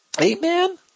Amen